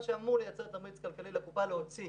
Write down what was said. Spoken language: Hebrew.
מה שאמור לייצר תמריץ כלכלי לקופה להוציא